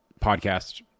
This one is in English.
podcast